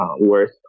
worth